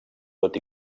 tot